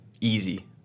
Easy